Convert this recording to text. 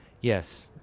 Yes